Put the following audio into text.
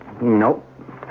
Nope